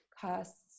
costs